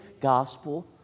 gospel